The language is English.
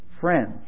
friends